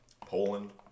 Poland